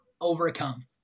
overcome